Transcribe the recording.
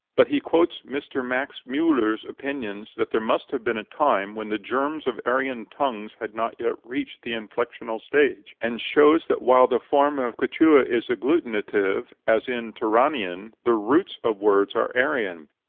but he quotes mr. max muller's opinion that there must have been a time when the germs of aryan tongues had not yet reached the inflexional stage, and shows that while the form of quichua is agglutinative, as in turanian, the roots of words are aryan.